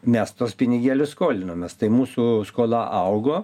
nes tuos pinigėlius skolinomės tai mūsų skola augo